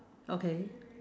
okay